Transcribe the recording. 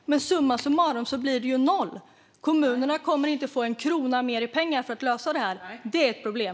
Men summa summarum blir det noll. Kommunerna kommer inte att få en krona mer för att lösa detta. Det är ett problem.